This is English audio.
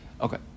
Okay